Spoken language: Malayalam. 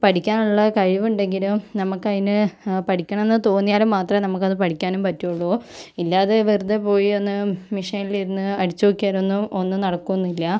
പഠിക്കാനുള്ള കഴിവുണ്ടെങ്കിലും നമുക്ക് അതിന് പഠിക്കണം എന്ന് തോന്നിയാലും മാത്രമേ നമുക്ക് അത് പഠിക്കാനും പറ്റോള്ളൂ ഇല്ലാതെ വെറുതെ പോയി ഒന്ന് മെഷീനിൽ ഇരുന്ന് അടിച്ചു നോക്കിയാലൊന്നും ഒന്നും നടക്കുകയൊന്നുമില്ല